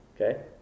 okay